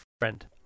friend